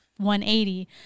180